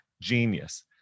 genius